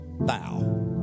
thou